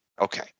Okay